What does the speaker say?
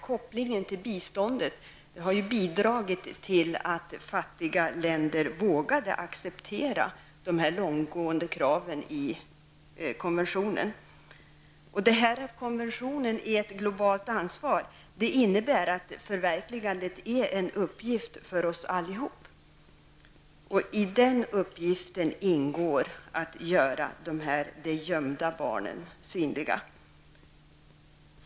Kopplingen till biståndet har bidragit till att fattiga länder vågat accepterat konventionens långtgående krav. Att konventionen bygger på ett globalt ansvar innebär att förverkligandet är en uppgift för oss alla. I den uppgiften ingår att göra de gömda barnen synliga.